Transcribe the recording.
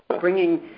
bringing